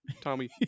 Tommy